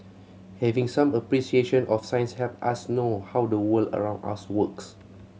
having some appreciation of science help us know how the world around us works